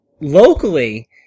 locally